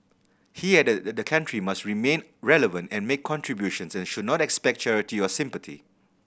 he added that the country must remain relevant and make contributions and should not expect charity or sympathy